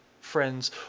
friends